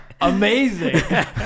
Amazing